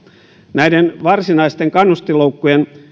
näiden varsinaisten kannustinloukkujen